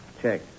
Check